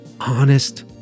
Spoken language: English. honest